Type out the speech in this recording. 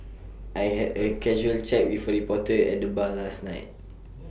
I had A casual chat with A reporter at the bar last night